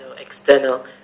external